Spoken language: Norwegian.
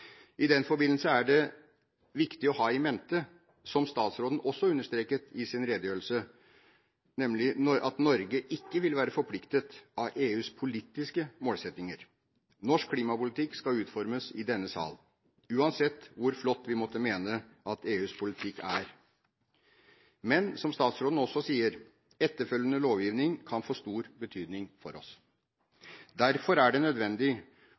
I den forbindelse er det viktig å ha i mente, som statsråden også understreket i sin redegjørelse, at Norge ikke vil være forpliktet av EUs politiske målsettinger. Norsk klimapolitikk skal utformes i denne sal, uansett hvor flott vi måtte mene at EUs politikk er. Men som statsråden også sier, etterfølgende lovgivning kan få stor betydning for oss. Derfor er det nødvendig